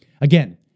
again